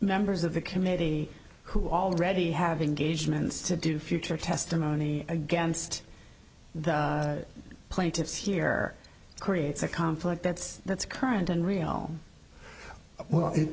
members of the committee who already have in gauge mens to do future testimony against the plaintiffs here creates a conflict that's that's current and real well it